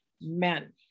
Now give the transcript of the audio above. men